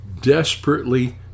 desperately